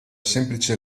semplice